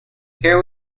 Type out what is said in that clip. here